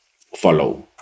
follow